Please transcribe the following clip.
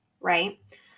right